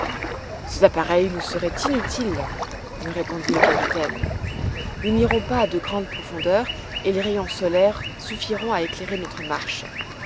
ces appareils nous seraient inutiles me répondit le capitaine nous n'irons pas à de grandes profondeurs et les rayons solaires suffiront à éclairer notre marche